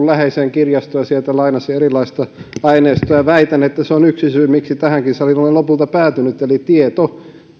läheiseen kirjastoon ja sieltä lainasin erilaista aineistoa väitän että se on yksi syy miksi tähänkin saliin olen lopulta päätynyt eli tieto